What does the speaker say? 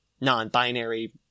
non-binary